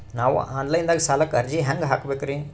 ನಾವು online ದಾಗ ಸಾಲಕ್ಕ ಅರ್ಜಿ ಹೆಂಗ ಹಾಕಬೇಕ್ರಿ?